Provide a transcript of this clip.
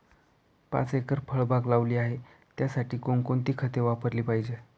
पाच एकर फळबाग लावली आहे, त्यासाठी कोणकोणती खते वापरली पाहिजे?